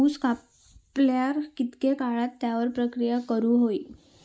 ऊस कापल्यार कितके काळात त्याच्यार प्रक्रिया करू होई?